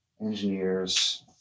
engineers